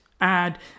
add